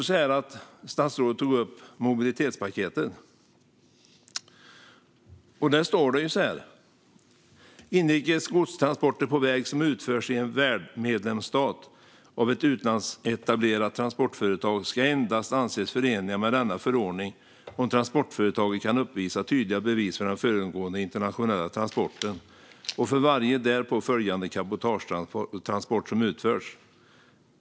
Statsrådet tog upp mobilitetspaketet. Där står det: "Inrikes godstransporter på väg som utförs i en värdmedlemsstat av ett utlandsetablerat transportföretag ska endast anses förenliga med denna förordning om transportföretaget kan uppvisa tydliga bevis för den föregående internationella transporten och för varje därpå följande cabotagetransport som utförts.